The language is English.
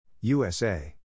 USA